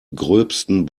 gröbsten